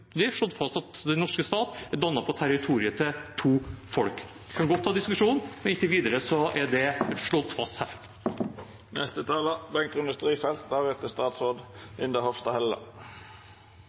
slått fast at den norske stat er dannet på territoriet til to folk. Vi kan godt ta diskusjonen, men inntil videre er det slått fast her.